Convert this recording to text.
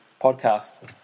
podcast